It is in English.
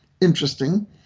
interesting